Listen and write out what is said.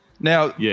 Now